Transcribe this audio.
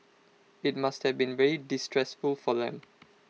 IT must have been very distressful for them